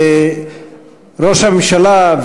ראש הממשלה,